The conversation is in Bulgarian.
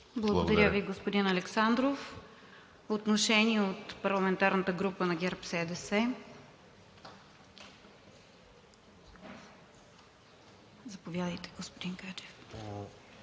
Благодаря Ви, господин Александров. Отношение от парламентарната група на ГЕРБ-СДС – заповядайте, господин Гаджев.